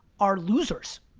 are losers.